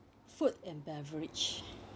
food and beverage